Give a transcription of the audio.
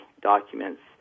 documents